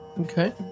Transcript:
Okay